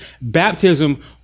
baptism